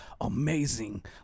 amazing